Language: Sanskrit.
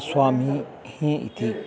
स्वामि इति